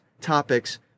topics